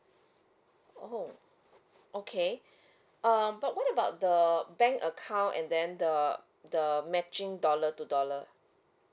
oh okay um what about the bank account and then the the matching dollar two dollar